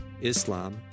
Islam